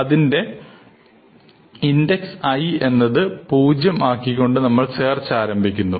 അതിന്റെ index i എന്നത് 0 ആക്കികൊണ്ട് നമ്മൾ സെർച്ച് ആരംഭിക്കുന്നു